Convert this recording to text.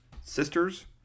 sisters